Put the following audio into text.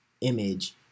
image